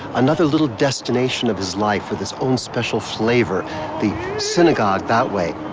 another little destination of his life with its own special flavor the synagogue that way,